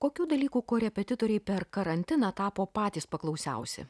kokių dalykų korepetitoriai per karantiną tapo patys paklausiausi